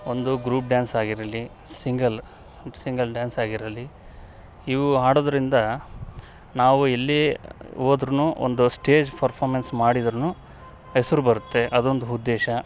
ಒಂದು group dance ಆಗಿರಲಿ single single dance ಆಗಿರಲಿ ಇವು ಆಡೋದ್ರಿಂದ ನಾವು ಎಲ್ಲೇ ಹೋದ್ರು ಒಂದು ಸ್ಟೇಜ್ ಫರ್ಫಾಮೆನ್ಸ್ ಮಾಡಿದ್ರು ಹೆಸರು ಬರುತ್ತೆ ಅದೊಂದು ಉದ್ದೆಶ